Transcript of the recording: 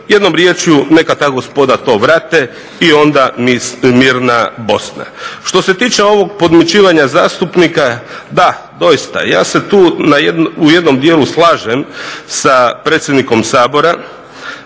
Jednom riječju neka ta gospoda to vrate i onda mirna Bosna. Što se tiče ovog podmićivanja zastupnika, da, doista, ja se tu u jednom dijelu slažem sa predsjednikom Sabora